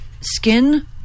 skin